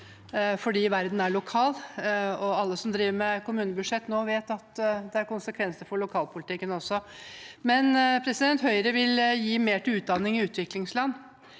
for verden er lokal, og alle som driver med kommunebudsjett nå, vet at det har konsekvenser for lokalpolitikken også. Høyre vil gi mer til utdanning i utviklingsland.